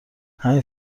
همین